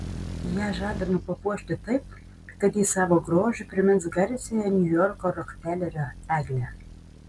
ją žadama papuošti taip kad ji savo grožiu primins garsiąją niujorko rokfelerio eglę